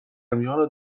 میان